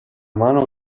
mano